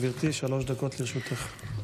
גברתי, שלוש דקות לרשותך.